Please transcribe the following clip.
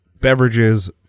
beverages